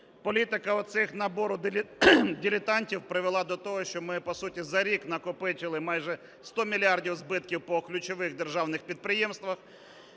Політика оцих набору дилетантів привела до того, що ми по суті за рік накопичили майже 100 мільярдів збитків по ключових державних підприємствах.